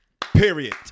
Period